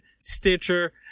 Stitcher